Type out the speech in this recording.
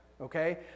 okay